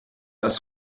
das